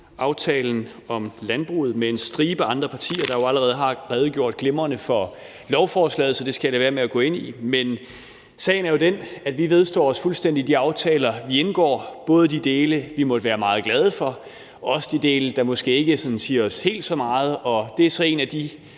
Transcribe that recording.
aftalen om landbruget med en stribe andre partier, der jo allerede har redegjort glimrende for lovforslaget, så det skal jeg lade være med at gå ind i. Men sagen er den, at vi fuldstændig vedstår os de aftaler, vi indgår, både de dele, vi måtte være meget glade for, og også de dele, der måske ikke siger os helt så meget, og det er så en af de